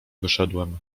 wyszedłem